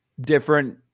different